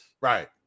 Right